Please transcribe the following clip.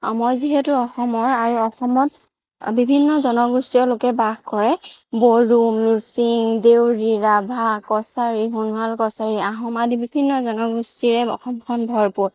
মই যিহেতু অসমৰ আৰু অসমত বিভিন্ন জনগোষ্ঠীয় লোকে বাস কৰে বড়ো মিচিং দেউৰী ৰাভা কছাৰী সোণোৱাল কছাৰী আহোম আদি বিভিন্ন জনগোষ্ঠীৰে অসমখন ভৰপূৰ